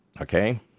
Okay